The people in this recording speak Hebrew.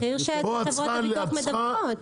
מחיר שחברות הביטוח מדווחת.